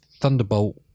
Thunderbolt